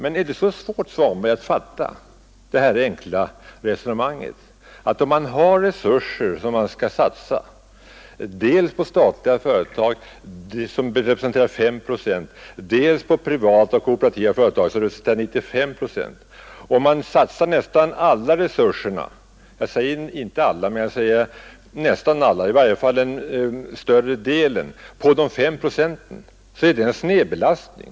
Är det så svårt, herr Svanberg, att fatta det enkla resonemanget att om man har resurser att satsa dels på statliga företag, som representerar 5 procent, dels på privata och kooperativa företag, som representerar 95 procent, och satsar inte alla men större delen av resurserna på de 5 procenten, så blir det en snedbelastning?